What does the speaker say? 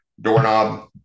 doorknob